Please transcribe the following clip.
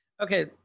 Okay